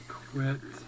quit